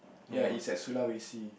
ya it's at Sulawesi